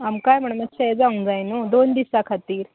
आमकांय म्हणून मातशें हें जावंक जाय न्हू दोन दिसा खातीर